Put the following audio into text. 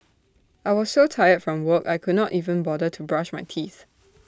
I was so tired from work I could not even bother to brush my teeth